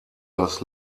das